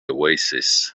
oasis